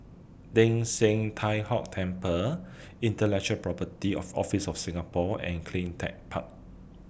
Teng San Tie Hock Temple Intellectual Property of Office of Singapore and CleanTech Park